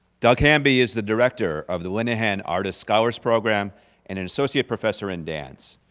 doug hamby is the director of the lindenham artist's scholar program and an associate professor in dance.